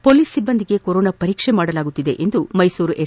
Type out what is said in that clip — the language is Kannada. ಪೊಲೀಸ್ ಸಿಬ್ದಂದಿಗಳಿಗೆ ಕೊರೋನಾ ಪರೀಕ್ಷೆ ಮಾಡಲಾಗುತ್ತಿದೆ ಎಂದು ಮೈಸೂರು ಎಸ್